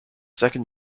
second